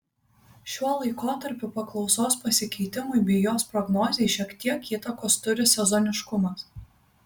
šiuo laikotarpiu paklausos pasikeitimui bei jos prognozei šiek tiek įtakos turi sezoniškumas